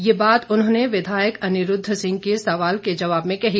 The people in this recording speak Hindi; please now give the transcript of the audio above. यह बात उन्होंने विधायक अनिरूद्व सिंह के सवाल के जवाब में कही